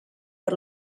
per